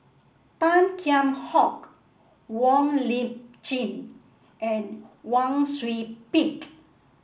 Tan Kheam Hock Wong Lip Chin and Wang Sui Pick